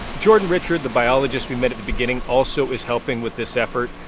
jordan richard, the biologist we met at the beginning, also is helping with this effort.